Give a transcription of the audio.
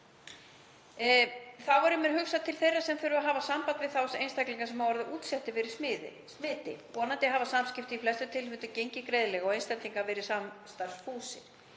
Þá verður mér hugsað til þeirra sem þurfa að hafa samband við þá einstaklinga sem hafa orðið útsettir fyrir smiti. Vonandi hafa samskipti í flestum tilfellum gengið greiðlega og einstaklingar verið samstarfsfúsir.